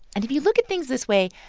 and if you look at things this way,